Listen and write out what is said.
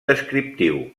descriptiu